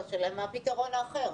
יש פתרון אחר?